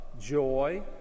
joy